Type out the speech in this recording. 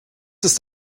ist